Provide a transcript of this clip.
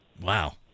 Wow